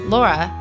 Laura